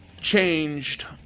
changed